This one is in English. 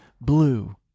blue